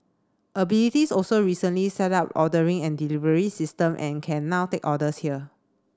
abilities also recently set up ordering and delivery system and can now take orders here